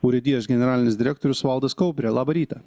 urėdijos generalinis direktorius valdas kaubrė labą rytą